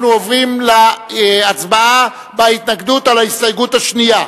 אנחנו עוברים להצבעה בהתנגדות על ההסתייגות השנייה: